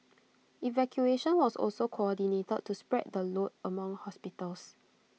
evacuation was also coordinated to spread the load among hospitals